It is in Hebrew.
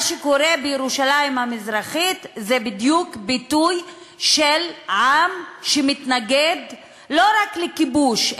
מה שקורה בירושלים המזרחית זה בדיוק ביטוי של עם שמתנגד לא רק לכיבוש,